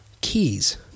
Keys